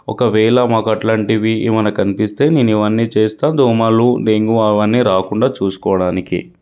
ఒకవేళ మకట్లాంటివి ఏమన్నా కనిపిస్తే నేను ఇవన్నీ చేస్తాను దోమలు డెంగ్యూ అవన్నీ రాకుండా చూసుకోవడానికి